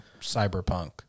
Cyberpunk